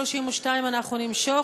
32 אנחנו נמשוך,